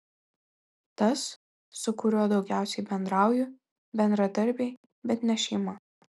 tas su kuriuo daugiausiai bendrauju bendradarbiai bet ne šeima